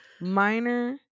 minor